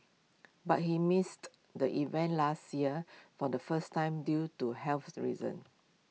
but he missed the event last year for the first time due to health reasons